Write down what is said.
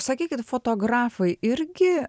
sakykit fotografai irgi